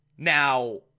Now